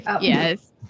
Yes